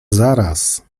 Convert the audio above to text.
zaraz